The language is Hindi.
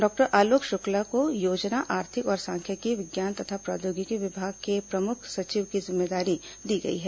डॉक्टर आलोक शुक्ला को योजना आर्थिक और सांख्यिकी विज्ञान तथा प्रौद्योगिकी विभाग के प्रमुख सचिव की जिम्मेदारी दी गई है